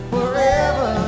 Forever